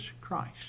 Christ